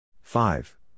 Five